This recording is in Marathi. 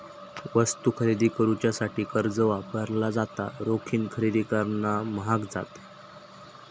वस्तू खरेदी करुच्यासाठी कर्ज वापरला जाता, रोखीन खरेदी करणा म्हाग जाता